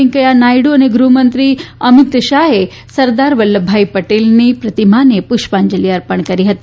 વેંકૈયા નાયડુ અને ગૃહમંત્રી અમિતશાહે સરદાર વલ્લભભાઇ પટેલની પ્રતિમાને પુષ્પાંજલી અર્પણ કરી હતી